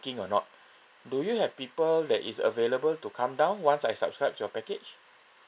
working or not do you have people that is available to come down once I subscribe to your package